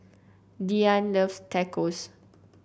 Diane loves Tacos